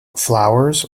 flowers